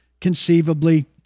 conceivably